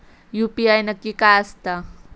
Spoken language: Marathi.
यू.पी.आय नक्की काय आसता?